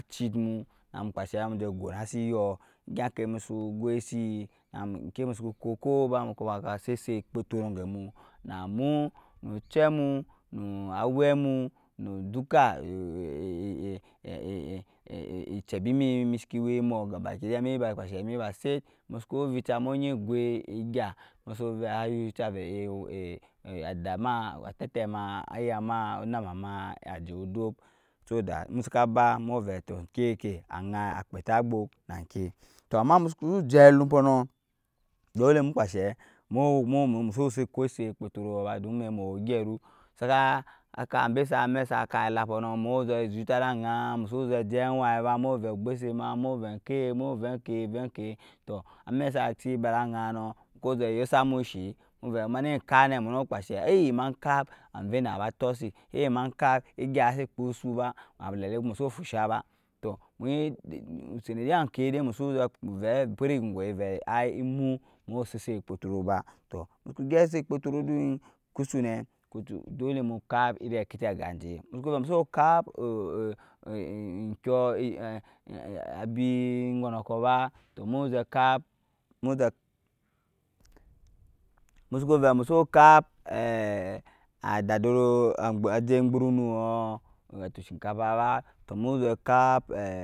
namu kpashɛ namu jɛ gonasiyɔɔ egyagkɛ musu gyɛsi eknke musu kukɔɔ sisɛt kpɔtɔrɔɔ gɛmu na mu na cɛmu na awɛmu nu duka echɛbimi misiki wɛmɔɔ musuku vicha mu enyi gwui egya musu vɛ yucha vɛ. adama otɛtɛma ayama onammama ajɛ odop so that in saka ba mu vɛi tɔɔ enkɛkɛ agyɛikpɛtaguk nakɛ tɔɔ ama musuku jɛ alumpɔɔ nɔɔ doli mu kpashɛ musu sɛsɛt kpɔtɔrɔɔ ba don mu wɛi gyɛru saka mɛk sa kap elampɔɔ nɔɔ mu zɛ zusha da aga musu zɛjɛ agwan ba mu llɛ gbɛsima mu vɛi jkɛ tɔɔ amɛk sa ci bada agan nɔɔ muku zɛ yosa mu shɛi mu vɛi e munu kpa nɛ mani kpashɛi e ma kap ajvɛnak ba tosit e ma kap egya si kpusu ba alalɛi musu fusha ba tɔɔ sanadai kɛ dai musu zɛvɛi pɛt eygwai vɛi ai emu mu sisɛɛ kpɔtɔrɔɔ ba tɔɔ muku gɛp sisɛt kpɔtɔrɔɔ din kusu nɛ kusu dolɛ mu kap iri kiti aga jɛ musu ku ku vɛi kap egkoɔ abi gyɔnɔkɔ ba tɔɔ musuku vɛi musu kap ajai jurunu watɔɔ shinkafa tɔɔ muzɛ kap,